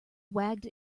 wagged